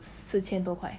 四千多块